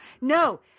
no